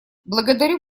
благодарю